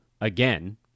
Again